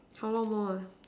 how long more ah